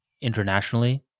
internationally